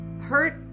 hurt